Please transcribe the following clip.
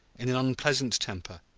in an unpleasant temper,